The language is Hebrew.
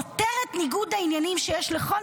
בעצם פותר את ניגוד העניינים שיש לכל